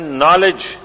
knowledge